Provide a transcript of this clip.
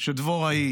שדבוראי